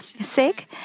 sick